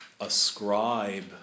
ascribe